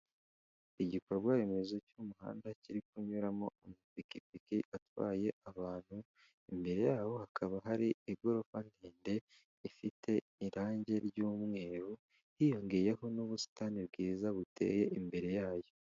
Igikorwa remezo cy'umuhanda kiri kunyuramo amapikipiiki atwaye abantu, imbere yabo hakaba hari igorofa ndende ifite irangi ry'umweru hiyongeyeho n'ubusitani bwiza buteye imbere yayo.